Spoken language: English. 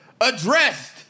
addressed